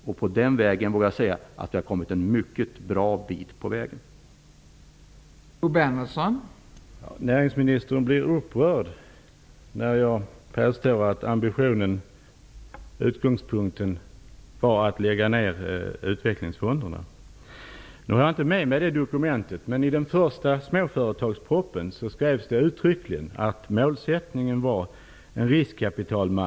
Jag vågar säga att vi har kommit en mycket bra bit på den vägen.